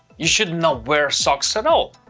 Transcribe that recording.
you should not wear socks at all.